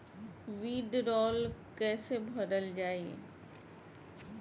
वीडरौल कैसे भरल जाइ?